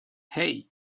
hey